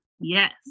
Yes